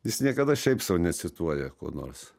jis niekada šiaip sau necituoja ko nors